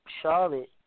Charlotte